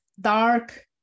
dark